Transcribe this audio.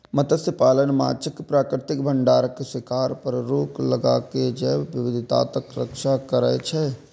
मत्स्यपालन माछक प्राकृतिक भंडारक शिकार पर रोक लगाके जैव विविधताक रक्षा करै छै